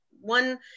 one